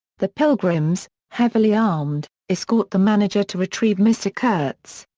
the pilgrims, heavily armed, escort the manager to retrieve mr. kurtz.